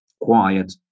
quiet